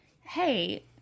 hey